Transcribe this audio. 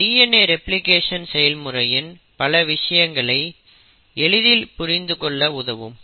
இது DNA replication செயல்முறையின் பல விஷயங்களை எளிதில் புரிந்துகொள்ள உதவும்